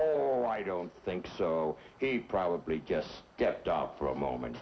ball i don't think so it probably just stepped out for a moment